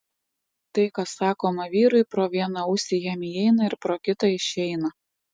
tai kas sakoma vyrui pro vieną ausį jam įeina ir pro kitą išeina